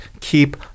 keep